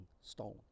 stolen